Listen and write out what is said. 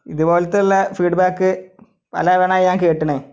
ഇതുപോലത്തെയുള്ള feedback പലതവണ ഞാൻ കേട്ടിണ്